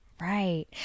Right